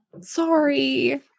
Sorry